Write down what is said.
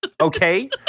okay